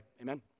amen